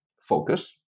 focus